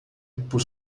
por